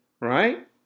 right